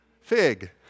Fig